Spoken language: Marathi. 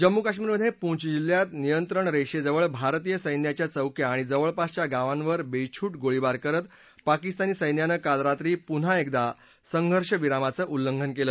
जम्मू काश्मीरमधे पुंछ जिल्ह्यात नियंत्रणरेषेजवळ भारतीय सैन्याच्या चौक्या आणि जवळपासच्या गावांवर बेछूट गोळीबार करत पाकिस्तानी सैन्यानं काल रात्री पुन्हा एकदा संघर्षविरामाचं उल्लंघन केलं